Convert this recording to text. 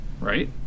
Right